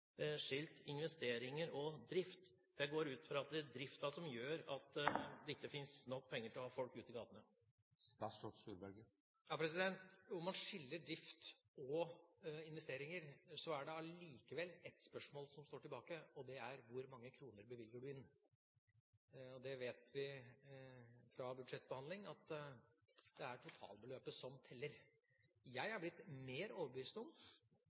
skilt investeringer og drift? Jeg går ut fra at det er driften som gjør at det ikke finnes nok penger til å ha folk ute i gatene. Om man skiller drift og investeringer, er det allikevel ett spørsmål som står tilbake, og det er: Hvor mange kroner bevilger du inn? Det vet vi fra budsjettbehandling, at det er totalbeløpet som teller. Jeg er blitt mer overbevist om